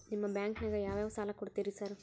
ನಿಮ್ಮ ಬ್ಯಾಂಕಿನಾಗ ಯಾವ್ಯಾವ ಸಾಲ ಕೊಡ್ತೇರಿ ಸಾರ್?